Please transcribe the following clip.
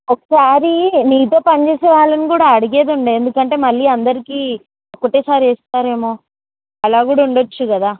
ఒకసారి నీతో పనిచేసే వాళ్ళని కూడా అడిగెయి ఎందుకంటే మళ్ళీ అందరికీ ఒకేసారి వేస్తారేమో అలా కూడా ఉండచ్చు కదా